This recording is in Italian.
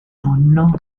nonno